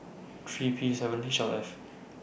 three P seven H L F